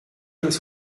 das